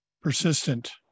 persistent